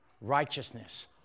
righteousness